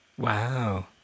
Wow